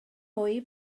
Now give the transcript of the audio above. mwy